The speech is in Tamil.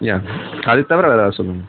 யா அது தவிர வேறு ஏதா சொல்லுங்கள்